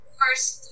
first